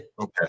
Okay